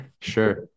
Sure